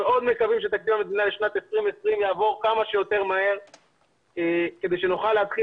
שתקציב המדינה לשנת 2020 יעבור כמה שיותר מהר כדי שנוכל להתחיל